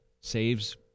saves